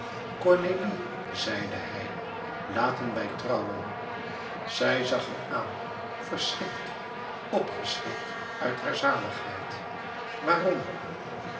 zeide hij laten wij trouwen zij zag hem aan verschrikt opgeschrikt uit hare zaligheid waarom